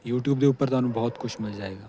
YouTube ਦੇ ਉੱਪਰ ਤੁਹਾਨੂੰ ਬਹੁਤ ਕੁਝ ਮਿਲ ਜਾਵੇਗਾ